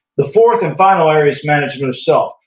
the fourth and final area is management of self.